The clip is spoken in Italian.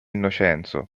innocenzo